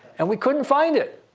and we couldn't find it.